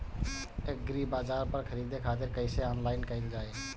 एग्रीबाजार पर खरीदे खातिर कइसे ऑनलाइन कइल जाए?